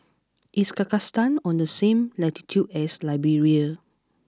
is Kazakhstan on the same latitude as Liberia